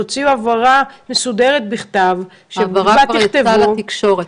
תוציאו הבהרה מסודרת בכתב שבה תכתבו --- ההצהרה כבר יצאה לתקשורת,